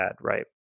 right